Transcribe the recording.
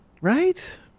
Right